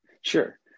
Sure